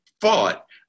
fought